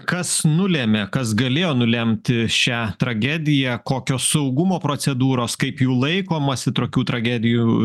kas nulėmė kas galėjo nulemti šią tragediją kokios saugumo procedūros kaip jų laikomasi trokių tragedijų